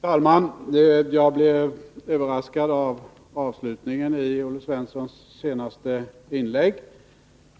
Herr talman! Jag blev överraskad av avslutningen i Olle Svenssons senaste inlägg.